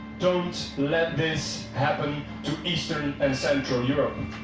don't let this happen to eastern and central europe.